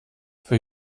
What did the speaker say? für